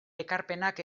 ekarpenak